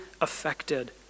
affected